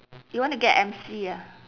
you want to get M_C ah